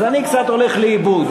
אז אני קצת הולך לאיבוד.